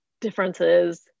differences